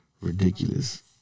ridiculous